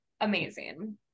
amazing